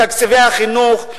את תקציבי החינוך,